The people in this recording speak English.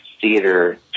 theater